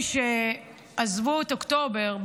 עזבו את אוקטובר,